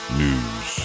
news